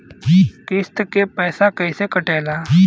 किस्त के पैसा कैसे कटेला?